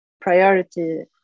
priority